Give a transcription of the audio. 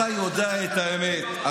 אתה יודע את האמת.